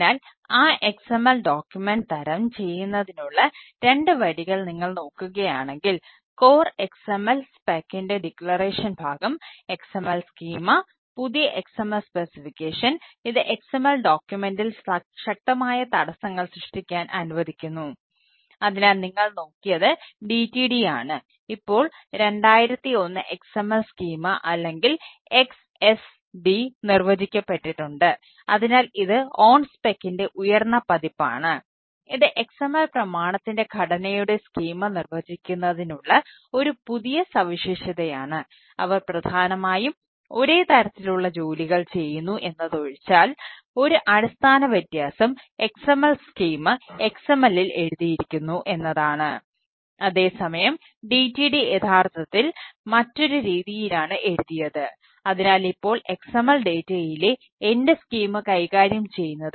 അതിനാൽ ആ XML document കൈകാര്യം ചെയ്യുന്നത് കൈകോർത്തുപോകുന്നു